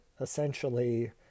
essentially